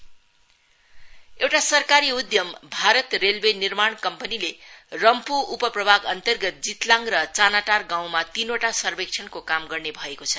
रोलवे tunnel एउटा सरकारी उधम भारत रेलवे निर्माण कम्पनीले रम्फ् उप प्रभाग अन्तर्गत जितलाङ र चानाटार गाउँमा तीनवटा सर्वेक्षणको काम गर्ने भएको छ